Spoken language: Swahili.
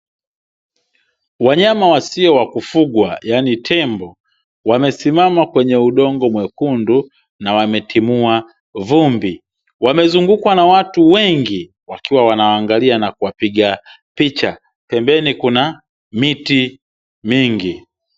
Wanyama wasio wa kufugwa, yaani tembo, wamesimama kwenye udongo mwekundu na wametimua vumbi. Wamezungukwa na watu wengi wakiwa wanawaangalia na kuwapiga picha. Pembeni kuna miti mingi.